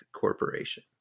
Corporation